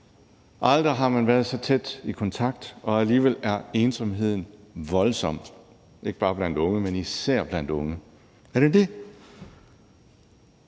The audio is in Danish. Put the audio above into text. Aldrig har man været i så tæt kontakt, og alligevel er ensomheden voldsom, ikke bare blandt unge mennesker, men især blandt unge. Er det det,